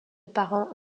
parents